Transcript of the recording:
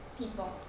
people